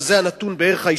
שזה בערך הנתון הישראלי,